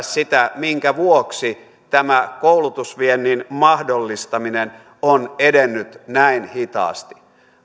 sitä minkä vuoksi tämä koulutusviennin mahdollistaminen on edennyt näin hitaasti